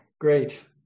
Great